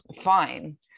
fine